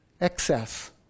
Excess